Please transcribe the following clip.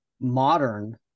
modern